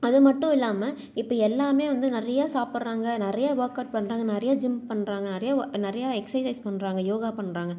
அது மட்டும் இல்லாமல் இப்போ எல்லாமே வந்து நிறையா சாப்பிட்றாங்க நிறையா ஒர்க்கவுட் பண்ணுறாங்க நிறைய ஜிம் பண்ணுறாங்க நிறைய ஓ நிறையா எக்ஸசைஸ் பண்ணுறாங்க யோகா பண்ணுறாங்க